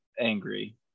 angry